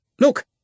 Look